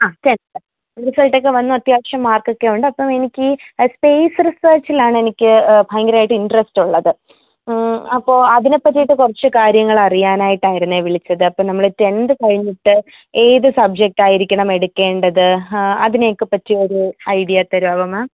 ആ ടെൻന്ത് റിസൽട്ടൊക്കെ വന്നു അത്യാവശ്യം മാർക്കൊക്കെയുണ്ട് അപ്പം എനിക്ക് സ്പേയ്സ് റിസേർച്ചിൽ ആണെനിക്ക് ഭയങ്കരമായിട്ട് ഇൻട്രസ്റ്റ് ഉള്ളത് അപ്പോൾ അതിനെ പറ്റിയിട്ട് കുറച്ച് കാര്യങ്ങൾ അറിയാനായിട്ടാരുന്നു വിളിച്ചത് അപ്പം നമ്മൾ ടെൻന്ത് കഴിഞ്ഞിട്ട് ഏത് സബ്ജക്റ്റ് ആയിരിക്കണം എടുക്കേണ്ടത് അതിനൊക്കെ പറ്റിയ ഒരു ഐഡ്യ തരാമോ മാം